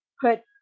put